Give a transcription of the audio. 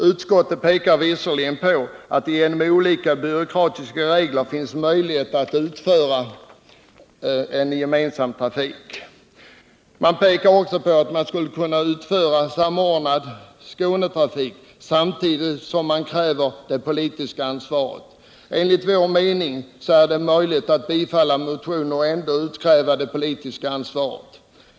Utskottet pekar på att det via olika byråkratiska regler finns möjlighet att genomföra en gemensam trafik liksom på att man skulle kunna genomföra en samordnad Skånetrafik, varvid en fördel skulle vara att man kunde utkräva det politiska ansvaret. Enligt vår mening är det möjligt att bifalla motionen och ändå utkräva det politiska ansvaret.